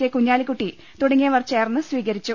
K Kunhalikutty തുടങ്ങിയവർ ചേർന്ന് സ്വീക രിച്ചു